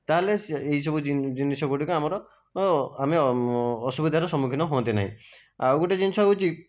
ତା ହେଲେ ସେ ଏହି ସବୁ ଜିନିଷ ଗୁଡ଼ିକ ଆମର ଆମେ ଅସୁବିଧାର ସମ୍ମୁଖୀନ ହୁଅନ୍ତେ ନାହିଁ ଆଉ ଗୋଟିଏ ଜିନିଷ ହେଉଛି